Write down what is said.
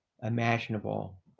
Imaginable